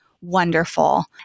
wonderful